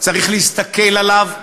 צריך להסתכל עליו,